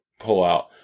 pullout